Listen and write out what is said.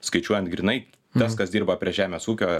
skaičiuojant grynai tas kas dirba prie žemės ūkio